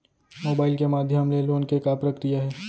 Mobile के माधयम ले लोन के का प्रक्रिया हे?